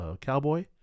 cowboy